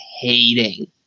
hating